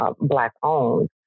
black-owned